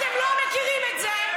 אתם לא מכירים את זה.